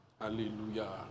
Hallelujah